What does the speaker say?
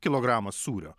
kilogramą sūrio